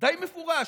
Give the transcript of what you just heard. די מפורש.